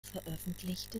veröffentlichte